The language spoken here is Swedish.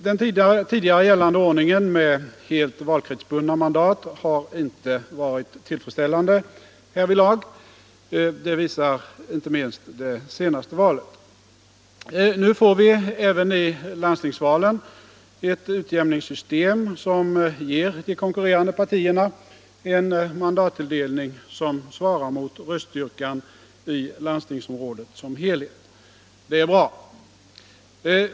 Den tidigare gällande ordningen med helt valkretsbundna mandat har inte varit tillfredsställande härvidlag. Det visar inte minst det senaste valet. Nu får vi även i landstingsvalen ett utjämningssystem som ger de konkurrerande partierna en mandatfördelning som svarar mot röststyrkan i landstingsområdet som helhet. Det är bra.